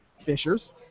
Fishers